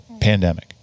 pandemic